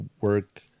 work